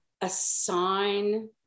assign